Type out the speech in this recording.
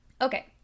Okay